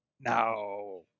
No